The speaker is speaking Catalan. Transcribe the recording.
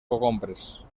cogombres